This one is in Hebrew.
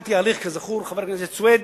התחלתי הליך, כזכור, חבר הכנסת סוייד,